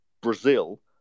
brazil